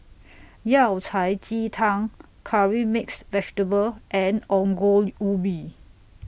Yao Cai Ji Tang Curry Mixed Vegetable and Ongol Ubi